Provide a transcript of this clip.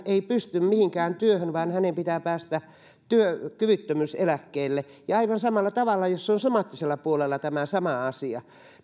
ei pysty mihinkään työhön vaan hänen pitää päästä työkyvyttömyyseläkkeelle aivan samalla tavalla jos on somaattisella puolella tämä sama asia